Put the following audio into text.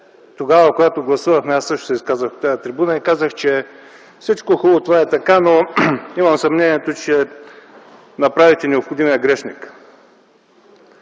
тогава, когато гласувахме, също се изказах от тази трибуна и казах, че всичко е хубаво. Това е така, но имам съмнението, че направихте необходимия грешник